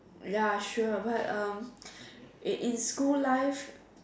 ya sure but uh in in school life